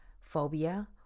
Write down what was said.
phobia